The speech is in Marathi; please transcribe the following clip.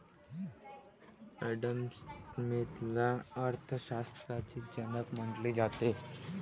ॲडम स्मिथला अर्थ शास्त्राचा जनक म्हटले जाते